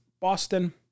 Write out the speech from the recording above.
Boston